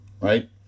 right